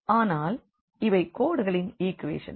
ஆனால் இவை கோடுகளின் ஈக்வேஷன்ஸ்